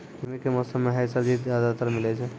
गर्मी के मौसम मं है सब्जी ज्यादातर मिलै छै